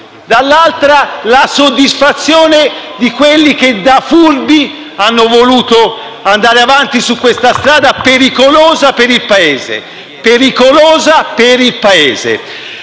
dall'altra, la soddisfazione di quelli che, da furbi, sono voluti andare avanti su questa strada, pericolosa per il Paese.